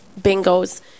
bingos